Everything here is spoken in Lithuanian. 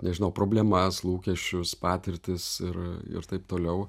nežinau problemas lūkesčius patirtis ir ir taip toliau